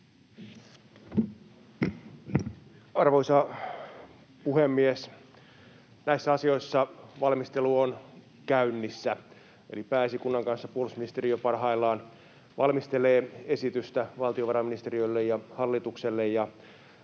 Arvoisa puhemies! Näissä asioissa valmistelu on käynnissä. Pääesikunnan kanssa puolustusministeriö parhaillaan valmistelee esitystä valtiovarainministeriölle ja hallitukselle,